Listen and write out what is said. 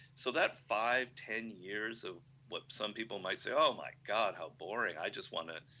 so that five ten years of what some people might say oh my god how boring, i just want to,